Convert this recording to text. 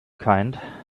kind